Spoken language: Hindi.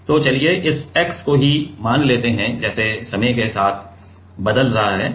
तो चलिए इस x को ही मान लेते हैं जैसे समय के साथ बदल रहा है